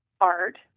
art